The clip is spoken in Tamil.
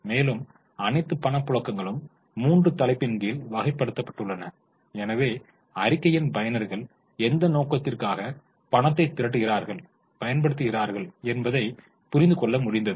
மேலும் அனைத்து பணப்புழக்கங்களும் மூன்று தலைப்பின் கீழ் வகைப்படுத்தப்பட்டுள்ளன எனவே அறிக்கையின் பயனர்கள் எந்த நோக்கத்திற்காக பணத்தை திரட்டுக்குகிறார்கள் பயன்படுத்தப்படுகிறார்கள் என்பதைப் புரிந்து கொள்ள முடிந்தது